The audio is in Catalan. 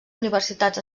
universitats